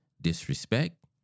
disrespect